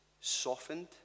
softened